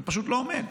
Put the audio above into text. זה פשוט לא עומד.